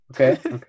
okay